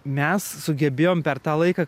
mes sugebėjom per tą laiką